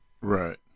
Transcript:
Right